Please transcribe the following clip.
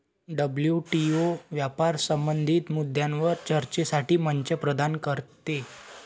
WTO व्यापार संबंधित मुद्द्यांवर चर्चेसाठी मंच प्रदान करते